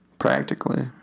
Practically